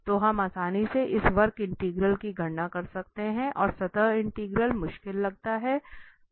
तो हम आसानी से इस वक्र इंटीग्रल की गणना कर सकते हैं और सतह इंटीग्रल मुश्किल लगता है